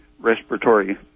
respiratory